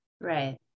right